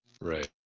right